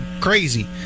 crazy